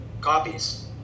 copies